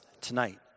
tonight